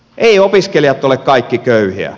eivät opiskelijat ole kaikki köyhiä